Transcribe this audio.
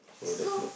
so there's no